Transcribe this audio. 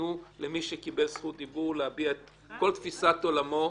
תנו למי שקיבל זכות דיבור להביע את כל תפיסת עולמו.